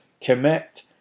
commit